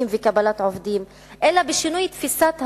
וקבלת עובדים אלא בשינוי תפיסת הניהול,